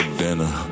dinner